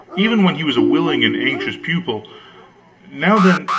even when he was a willing and anxious pupil now then,